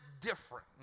different